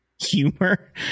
humor